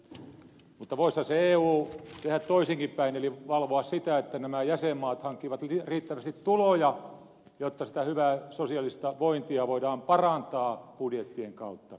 mutta voisihan se eu tehdä toisinkin päin eli valvoa sitä että nämä jäsenmaat hankkivat riittävästi tuloja jotta sitä hyvää sosiaalista vointia voidaan parantaa budjettien kautta